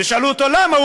ושאלו אותו: למה?